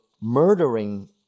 murdering